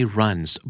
runs